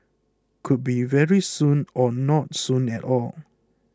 could be very soon or not soon at all